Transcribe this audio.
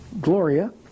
Gloria